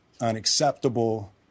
unacceptable